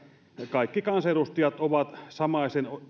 kaikki kansanedustajat ovat samaisen